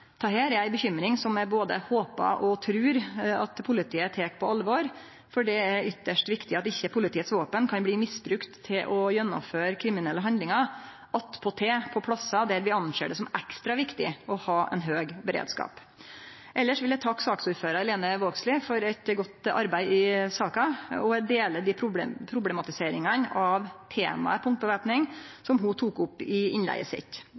Dette er ei bekymring som eg både håpar og trur at politiet tek på alvor, for det er svært viktig at våpena til politiet ikkje kan bli misbrukte til å gjennomføre kriminelle handlingar, attpåtil på plassar der vi reknar det som ekstra viktig å ha ein høg beredskap. Elles vil eg takke saksordføraren, Lene Vågslid, for eit godt arbeid i saka, og eg deler dei problematiseringane av temaet punktvæpning som ho tok opp i innlegget sitt.